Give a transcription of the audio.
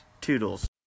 Toodles